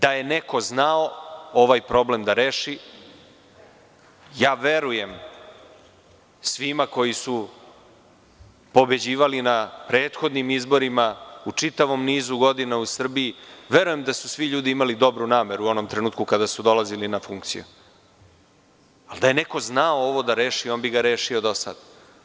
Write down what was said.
Da je neko znao ovaj problem da reši, ja verujem svima koji su pobeđivali na prethodnim izborima, u čitavom nizu godina u Srbiji, verujem da su svi ljudi imali dobru nameru u onom trenutku kada su dolazili na funkciju, on bi ga rešio do sad.